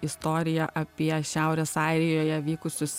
istorija apie šiaurės airijoje vykusius